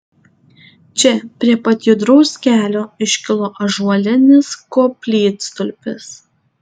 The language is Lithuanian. čia prie pat judraus kelio iškilo ąžuolinis koplytstulpis